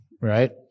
right